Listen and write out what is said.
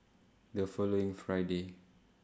The following Friday